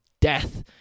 death